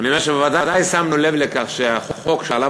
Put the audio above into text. אני אומר שבוודאי שמנו לב לכך שהחוק שעליו